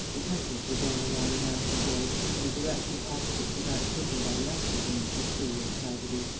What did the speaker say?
detectives were going along the national road in the direction opposite to that taken by the actors in this mysterious tragedy.